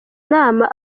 nama